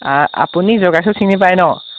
আপুনি জকাইচুক চিনি পায় ন